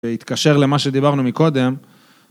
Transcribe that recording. ולהתקשר למה שדיברנו מקודם.